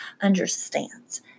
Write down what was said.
understands